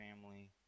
family